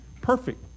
Perfect